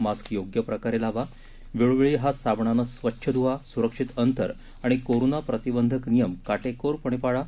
mask योग्य प्रकारे लावा वेळोवेळी हात साबणाने स्वच्छ धुवा सुरक्षित अंतर आणि कोरोना प्रतिबंधक नियम काटेकोरपणे पाळा